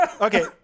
Okay